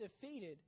defeated